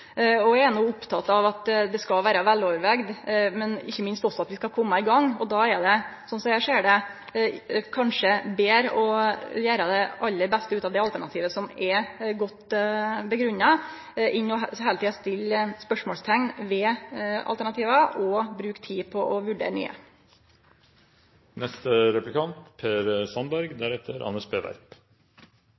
aktørane. Eg er oppteken av at det skal vere vel gjennomtenkt, men òg av at vi skal kome i gang, og då er det – slik eg ser det – kanskje betre å gjere det aller beste ut av det alternativet som er godt grunna, enn heile tida å stille spørsmål ved alternativ og bruke tid på å